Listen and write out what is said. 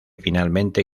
finalmente